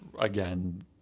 again